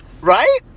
Right